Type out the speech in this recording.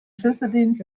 schlüsseldienst